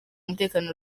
umutekano